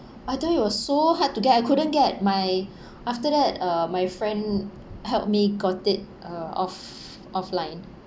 I thought it was so hard to get I couldn't get my after that uh my friend help me got it uh off~ offline